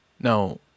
Now